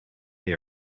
they